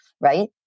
Right